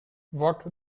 what